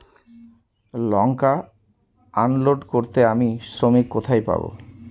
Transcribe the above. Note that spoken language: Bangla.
লঙ্কা আনলোড করতে আমি শ্রমিক কোথায় পাবো?